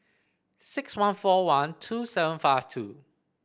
six one four one two seven five two